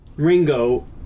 Ringo